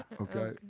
okay